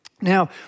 Now